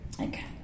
Okay